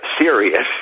serious